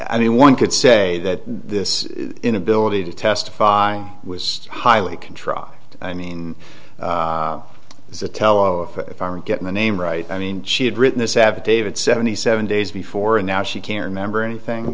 i mean one could say that this inability to testify was highly contrived i mean as a tell all if if i'm getting the name right i mean she had written this affidavit seventy seven days before and now she can't remember anything